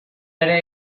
ere